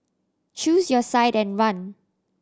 choose your side and run